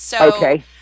Okay